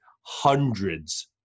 hundreds